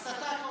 הסתה,